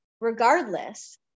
regardless